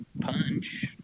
punch